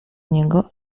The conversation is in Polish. niego